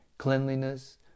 cleanliness